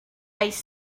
ice